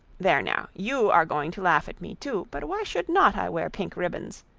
there now, you are going to laugh at me too. but why should not i wear pink ribbons?